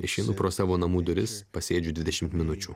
išeinu pro savo namų duris pasėdžiu dvidešimt minučių